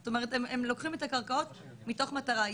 זאת אומרת הם לוקחים את הקרקעות מתוך מטרה.